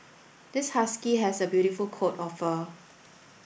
this husky has a beautiful coat of fur